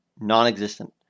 non-existent